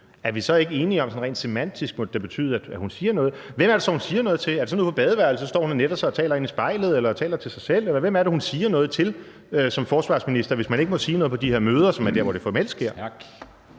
at det sådan rent semantisk må betyde, at hun siger noget? Hvem er det så, hun siger noget til? Er det ude på badeværelset, når hun står og netter sig, at hun taler ind i spejlet, eller taler hun til sig selv? Eller hvem er det, hun som forsvarsminister siger noget til, hvis man ikke må sige noget på de her møder, som er der, hvor det formelt sker?